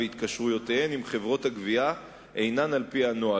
והתקשרויותיהן עם חברות הגבייה אינן על-פי הנוהל.